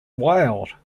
wild